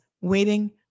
waiting